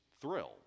thrilled